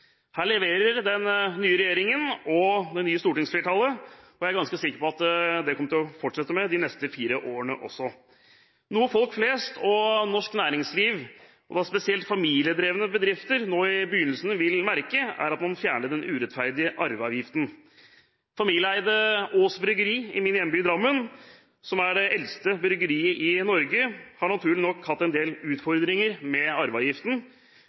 Her leverer den nye regjeringen og det nye stortingsflertallet, og det er jeg ganske sikker på at man kommer til å fortsette med de neste fire årene. Noe folk flest og norsk næringsliv, spesielt familiedrevne bedrifter, nå i begynnelsen vil merke, er at man fjerner den urettferdige arveavgiften. Familieeide Aass Bryggeri i min hjemby Drammen, som er det eldste bryggeriet i Norge, har naturlig nok hatt en del utfordringer med arveavgiften,